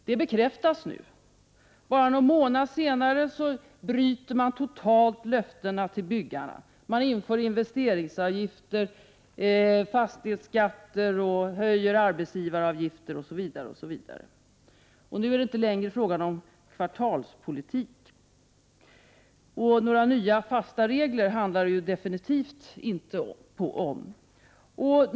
Detta bekräftas nu. Bara någon månad senare bryter man totalt sina löften till byggarna. Investeringsavgifter och fastighetsskatter införs. Arbetsgivaravgifter höjs osv. Nu är det inte längre fråga om en kvartalspolitik. Några nya fasta regler handlar det absolut inte om.